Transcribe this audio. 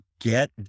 get